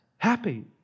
Happy